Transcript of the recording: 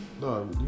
No